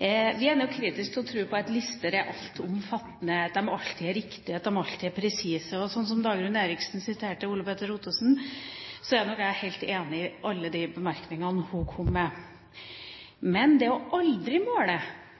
Vi er nok kritiske til å tro på at lister er altomfattende, at de alltid er riktige, at de alltid er presise. Dagrun Eriksen siterte Ole Petter Ottersen, og jeg er helt enig i alle de bemerkningene hun kom med. Men det å aldri